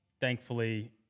Thankfully